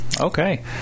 okay